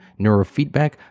neurofeedback